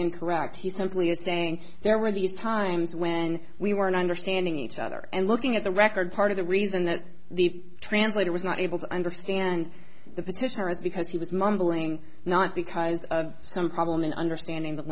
incorrect he simply is saying there were these times when we weren't understanding each other and looking at the record part of the reason that the translator was not able to understand the petitioner is because he was mumbling not because of some problem in understanding th